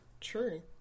true